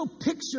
picture